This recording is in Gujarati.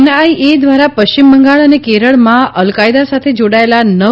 એનઆઇએ દ્વારા પશ્ચિમ બંગાળ અને કેરળમાં અલ કાયદા સાથે જોડાયેલા નવ